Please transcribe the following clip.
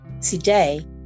today